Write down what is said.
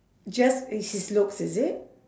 just is his looks is it